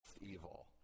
evil